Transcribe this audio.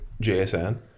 JSN